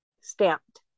stamped